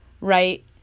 right